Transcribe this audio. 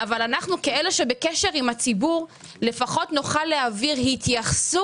אבל אנחנו כמי שנמצאים בקשר עם הציבור לפחות נוכל להעביר התייחסות